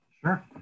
Sure